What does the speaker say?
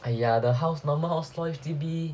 !aiya! the house normal lor H_D_B